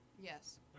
yes